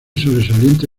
sobresaliente